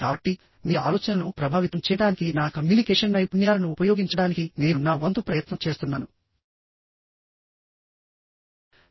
కాబట్టి మీ ఆలోచనను ప్రభావితం చేయడానికి నా కమ్యూనికేషన్ నైపుణ్యాలను ఉపయోగించడానికి నేను నా వంతు ప్రయత్నం చేస్తున్నాను